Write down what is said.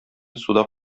суда